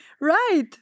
Right